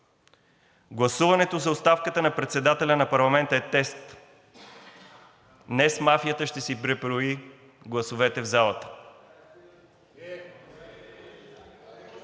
Гласуването за оставката на председателя на парламента е тест. Днес мафията ще си преброи гласовете в залата!